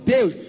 Deus